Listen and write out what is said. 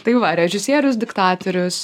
tai va režisierius diktatorius